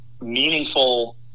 meaningful